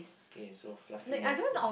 okay so fluffiness